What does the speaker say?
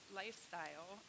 lifestyle